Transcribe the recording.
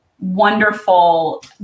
wonderful